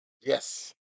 Yes